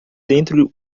dentro